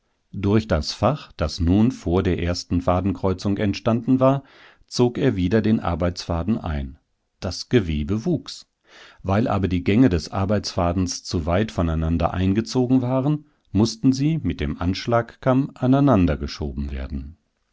durch das fach das nun vor der neuen fadenkreuzung entstanden war zog er wieder den arbeitsfaden ein das gewebe wuchs weil aber die gänge des arbeitsfadens zu weit voneinander eingezogen waren mußten sie mit dem anschlagkamm aneinandergeschoben werden